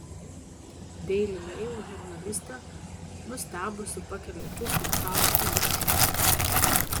daily mail žurnalistė nustebusi pakelia akis nuo savo užrašų